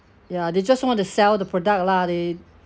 ya they just want to sell the product lah they